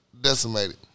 decimated